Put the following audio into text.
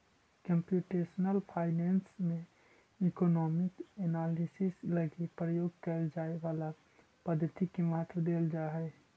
computational finance में economic analysis लगी प्रयोग कैल जाए वाला पद्धति के महत्व देल जा हई